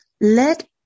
let